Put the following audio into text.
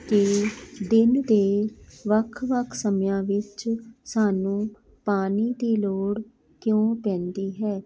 ਕਿ ਦਿਨ ਦੇ ਵੱਖ ਵੱਖ ਸਮਿਆਂ ਵਿੱਚ ਸਾਨੂੰ ਪਾਣੀ ਦੀ ਲੋੜ ਕਿਉਂ ਪੈਂਦੀ ਹੈ